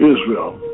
Israel